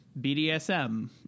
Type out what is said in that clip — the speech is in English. bdsm